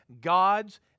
God's